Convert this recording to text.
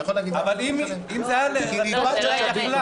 התפקדות וקיצור פז"ם.